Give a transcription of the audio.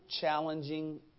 challenging